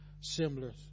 similar